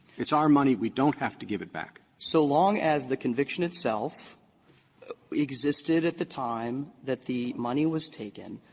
it's our money, we don't have to give it back. yarger so long as the conviction itself existed at the time that the money was taken,